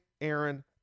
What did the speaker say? Aaron